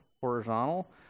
Horizontal